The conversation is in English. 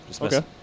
okay